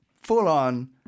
full-on